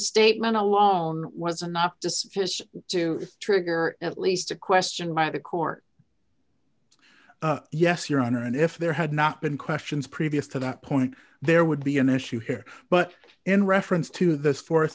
statement alone was enough just to trigger at least a question by the court yes your honor and if there had not been questions previous to that point there would be an issue here but in reference to this